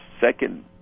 Second